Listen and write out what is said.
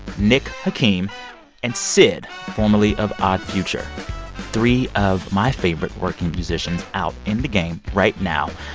nick hakim and syd, formerly of odd future three of my favorite working musicians out in the game right now.